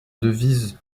devise